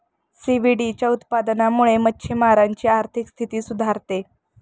सीव्हीडच्या उत्पादनामुळे मच्छिमारांची आर्थिक स्थिती सुधारत आहे